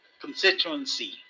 constituency